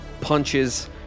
punches